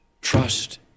Trust